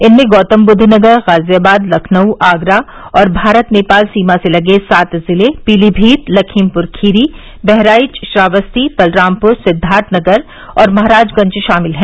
इनमें गौतमबुद्धनगर गाजियाबाद लखनऊ आगरा और भारत नेपाल सीमा से लगे सात जिले पीलीभीत लखीमपुर खीरी बहराइच श्रावस्ती बलरामपुर सिद्वार्थनगर और महराजगंज शामिल हैं